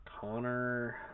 Connor